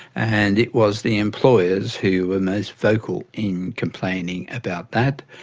and it was the employers who were most vocal in complaining about that.